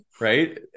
Right